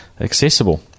accessible